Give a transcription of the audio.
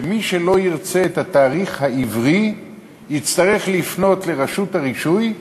שמי שלא ירצה את התאריך העברי יצטרך לפנות לרשות הרישוי,